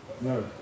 No